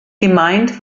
gemeint